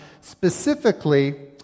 specifically